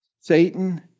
Satan